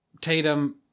Tatum